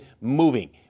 moving